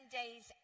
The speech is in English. days